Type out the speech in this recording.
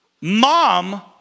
mom